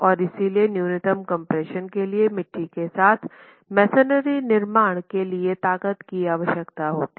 और इसलिए न्यूनतम कम्प्रेशन के लिए मिट्टी के साथ मेसनरी निर्माण के लिए ताकत की आवश्यकता होती है